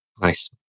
nice